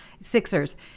Sixers